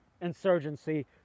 insurgency